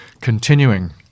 Continuing